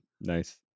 nice